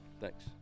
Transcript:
thanks